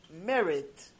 merit